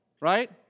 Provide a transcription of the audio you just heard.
right